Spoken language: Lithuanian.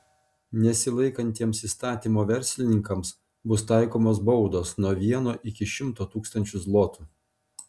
nesilaikantiems įstatymo verslininkams bus taikomos baudos nuo vieno iki šimto tūkstančio zlotų